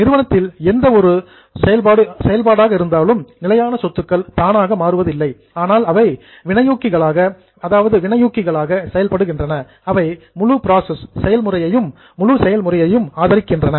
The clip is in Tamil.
நிறுவனத்தில் எந்த ஒரு ஆபரேஷன்ஸ் செயல்பாடாக இருந்தாலும் நிலையான சொத்துக்கள் தானாக மாறுவது இல்லை ஆனால் அவை கேட்டலிஸ்ட்ஸ் வினையூக்கிகளாக செயல்படுகின்றன அவை முழு பிராசஸ் செயல்முறையும் ஆதரிக்கின்றன